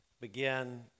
begin